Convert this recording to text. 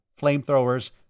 flamethrowers